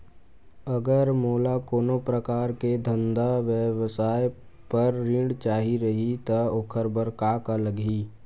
अगर मोला कोनो प्रकार के धंधा व्यवसाय पर ऋण चाही रहि त ओखर बर का का लगही?